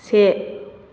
से